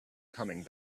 coming